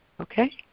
okay